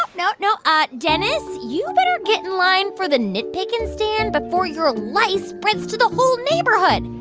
no, no, no. ah dennis, you better get in line for the nitpicking stand before your ah lice spreads to the whole neighborhood.